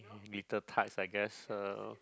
bitter types I guess uh